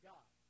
God